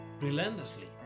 relentlessly